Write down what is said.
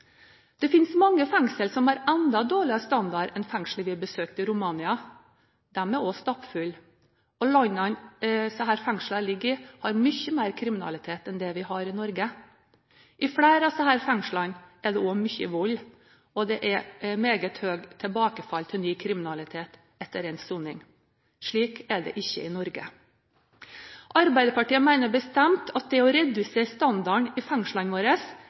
Det finnes mange fengsler som har enda dårligere standard enn fengslet vi besøkte i Romania. De er også stappfulle, og landet som disse fengslene ligger i, har mye mer kriminalitet enn det vi har i Norge. I flere av disse fengslene er det også mye vold, og det er meget høyt tilbakefall til ny kriminalitet etter endt soning. Slik er det ikke i Norge. Arbeiderpartiet mener bestemt at det å redusere standarden i fengslene våre